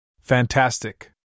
Fantastic